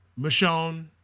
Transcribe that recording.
Michonne